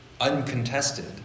uncontested